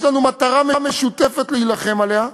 יש לנו מטרה משותפת להילחם עליה,